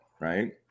right